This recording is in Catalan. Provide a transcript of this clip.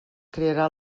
crearà